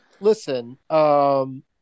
Listen